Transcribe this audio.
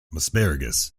asparagus